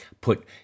put